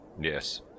Yes